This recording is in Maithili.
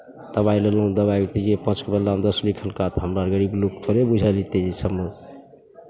दबाइ लेलहुँ दबाइके छै जे पाँचके बदला दस लिखलका तऽ हमरा गरीब लोक थोड़े गुजर हेतै एहि सभमे